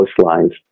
coastlines